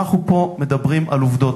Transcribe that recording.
אנחנו פה מדברים על עובדות.